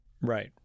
Right